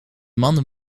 man